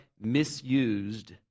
misused